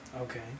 Okay